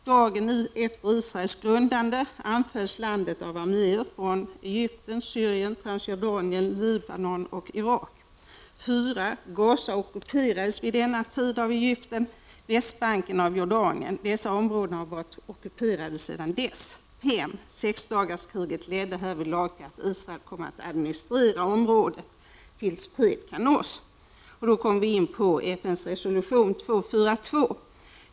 Dagen efter Israels grundande anfölls landet av arméer från Egypten, Syrien, Transjordanien, Libanon och Irak. 4. Gaza ockuperades vid denna tid av Egypten, Västbanken av Jordanien. Dessa områden har varit ockuperade sedan dess. 5. Sexdagarskriget ledde härvidlag till att Israel kom att administrera området tills fred kan nås. Vi kommer då in på FN:s resolution 242.